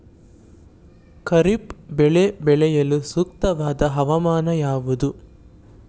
ಖಾರಿಫ್ ಬೆಳೆ ಬೆಳೆಯಲು ಸೂಕ್ತವಾದ ಹವಾಮಾನ ಯಾವುದು?